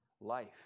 life